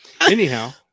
anyhow